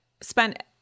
spent